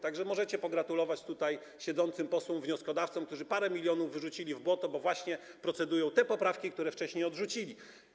Tak że możecie pogratulować tutaj siedzącym posłom wnioskodawcom, którzy parę milionów wyrzucili w błoto, bo właśnie procedują te poprawki, które wcześniej odrzucili.